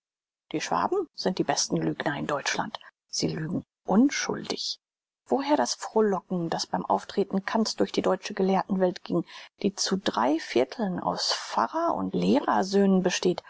die schwaben sind die besten lügner in deutschland sie lügen unschuldig woher das frohlocken das beim auftreten kant's durch die deutsche gelehrtenwelt gieng die zu drei vierteln aus pfarrer und lehrer söhnen besteht